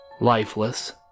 lifeless